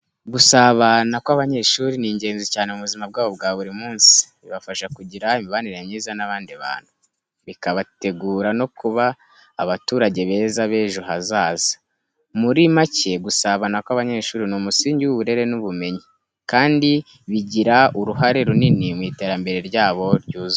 Gusabana kw’abanyeshuri ni ingenzi cyane mu buzima bwabo bwa buri munsi. Bibafasha kugira imibanire myiza n’abandi bantu, bikabategura no kuba abaturage beza b'ejo hazaza. Muri make, gusabana kw’abanyeshuri ni umusingi w’uburere n’ubumenyi, kandi bigira uruhare runini mu iterambere ryabo ryuzuye.